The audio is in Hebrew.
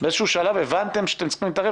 הבנתם באיזה שלב שאתם צריכים להתערב